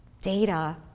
data